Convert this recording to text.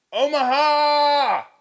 Omaha